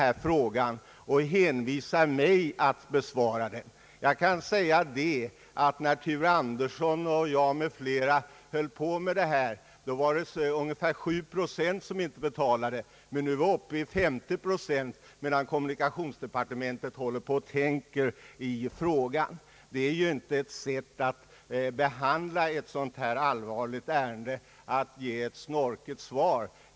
När Thure Andersson och jag i parkeringskommittén 1964 sysslade med denna fråga var det ungefär 7 procent av parkeringsböterna som inte betalades, men nu är vi uppe i 50 procent, allt medan kommunikationsdepartementet håller på och tänker. Det är inte riktigt att avfärda ett så allvarligt ärende och lämna ett snorkigt svar på min enkla fråga.